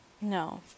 No